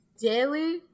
Daily